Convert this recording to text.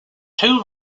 two